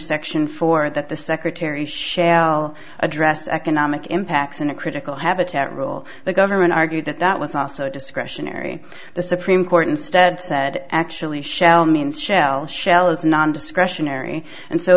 section four that the secretary shall address economic impacts in a critical habitat rule the government argued that that was also discretionary the supreme court instead said actually shell means shell shell is non discretionary and so